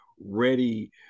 ready